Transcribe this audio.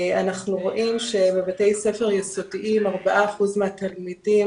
אנחנו רואים שבבתי ספר יסודיים 4% מהיסודיים